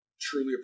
Truly